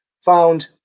found